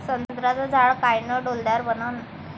संत्र्याचं झाड कायनं डौलदार बनन?